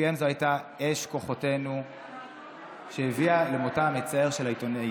לפיהם זאת הייתה אש כוחותינו שהביאה למותה המצער של העיתונאית.